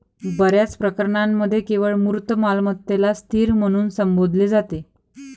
बर्याच प्रकरणांमध्ये केवळ मूर्त मालमत्तेलाच स्थिर म्हणून संबोधले जाते